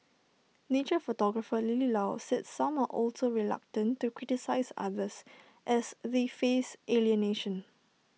nature photographer lily low said some are also reluctant to criticise others as they feed alienation